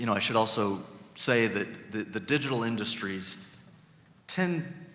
you know i should also say that, that the digital industries tend,